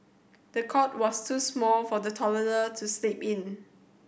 the cot was too small for the toddler to sleep in